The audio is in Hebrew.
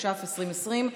התש"ף 2020,